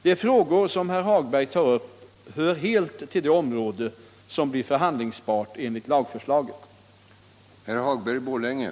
De frågor som herr Hagberg tar upp hör helt till det område som blir förhandlingsbart enligt lagförslaget.